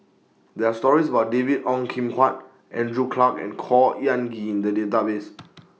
There Are stories about David Ong Kim Huat Andrew Clarke and Khor Ean Ghee in The Database